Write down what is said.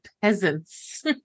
peasants